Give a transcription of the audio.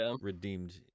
redeemed